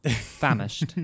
Famished